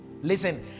Listen